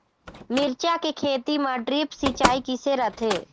मिरचा के खेती म ड्रिप सिचाई किसे रथे?